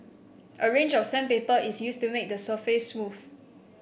a range of sandpaper is used to make the surface smooth